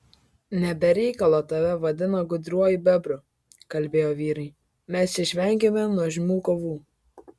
ne be reikalo tave vadina gudriuoju bebru kalbėjo vyrai mes išvengėme nuožmių kovų